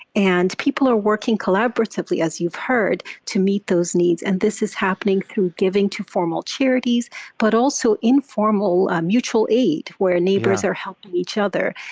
and people are working collaboratively, as you've heard, to meet those needs. and this is happening through giving to formal charities but also informal mutual aid. yeah. where neighbors are helping each other.